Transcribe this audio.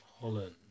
Holland